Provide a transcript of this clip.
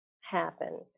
happen